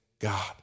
God